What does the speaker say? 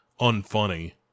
unfunny